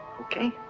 Okay